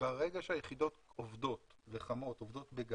ברגע שהיחידות עובדות בגז,